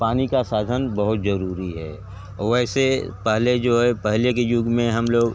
पानी का साधन बहुत जरूरी है वैसे पहले जो है पहले के युग में हम लोग